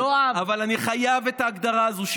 אבל אני חייב את ההגדרה הזאת,